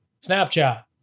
Snapchat